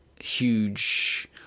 huge